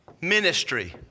ministry